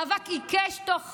מאבק עיקש תוך